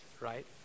Right